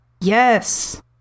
Yes